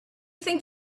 think